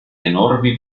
enormi